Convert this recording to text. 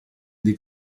dei